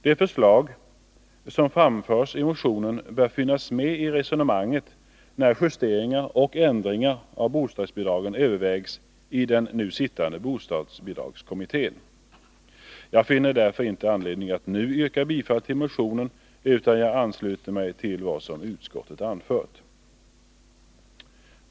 De förslag som framförs i motionen bör finnas med i resonemanget när justeringar och ändringar av bostadsbidragen övervägs i den nu sittande bostadsbidragskommittén. Jag finner därför inte anledning att nu yrka bifall till motionen, utan jag ansluter mig till vad utskottet anfört.